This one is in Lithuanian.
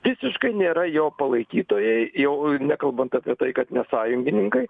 visiškai nėra jo palaikytojai jau nekalbant apie tai kad ne sąjungininkai